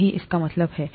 यही इसका मतलब है